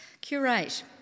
Curate